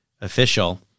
official